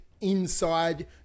inside